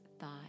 thought